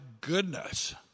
goodness